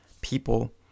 people